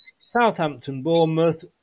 Southampton-Bournemouth